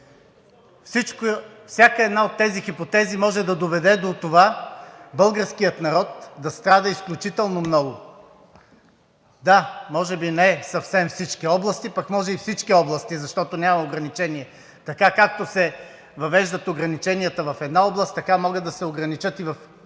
всяка една от тези хипотези може да доведе до това българският народ да страда изключително много. Да, може би не съвсем във всички области, пък може и всички области, защото няма ограничение. Така както се въвеждат ограниченията в една област, така могат да се ограничат и във всички области